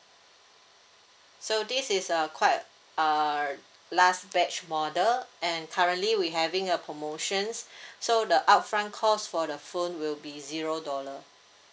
so this is a quite err last batch model and currently we having a promotions so the upfront cost for the phone will be zero dollar